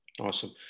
Awesome